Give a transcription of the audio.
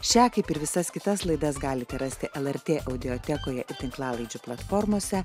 šią kaip ir visas kitas laidas galite rasti lrt audiotekoje tinklalaidžių platformose